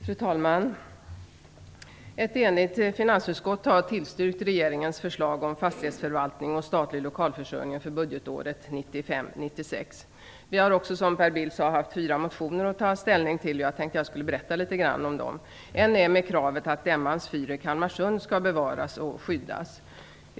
Fru talman! Ett enigt finansutskott har tillstyrkt regeringens förslag om fastighetsförvaltning och statlig lokalförsörjning för budgetåret 1995/96. Vi har också, som Per Bill sade, haft fyra motioner att ta ställning till, och jag skall berätta litet om dem. Kalmarsund skall bevaras och skyddas.